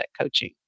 coaching